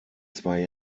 zwei